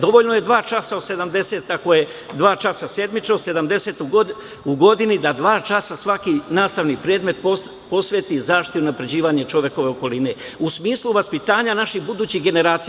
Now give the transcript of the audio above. Dovoljno je dva časa od 70, ako je dva časa sedmično, 70 u godini, da dva časa svaki nastavni predmet posveti zaštiti i unapređivanju čovekove okoline, u smislu vaspitanja naših budućih generacija.